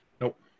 Nope